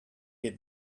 had